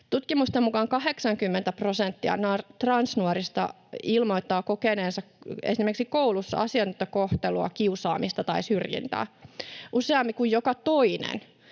Tutkimusten mukaan 80 prosenttia transnuorista ilmoittaa kokeneensa esimerkiksi koulussa asiatonta kohtelua, kiusaamista tai syrjintää. Useampi kuin joka toinen